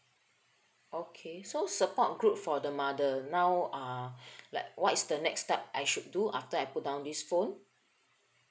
okay so support group for the mother now uh like what is the next step I should do after I put down this phone